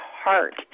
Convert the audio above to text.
heart